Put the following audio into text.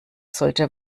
sollte